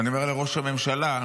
אני אומר לראש הממשלה,